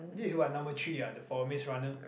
this is what number three ah the for Maze-Runner